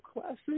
classic